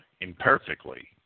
imperfectly